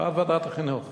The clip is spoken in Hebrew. בעד ועדת החינוך.